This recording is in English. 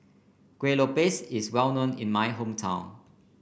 Kueh Lopes is well known in my hometown